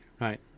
right